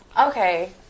Okay